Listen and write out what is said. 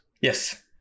Yes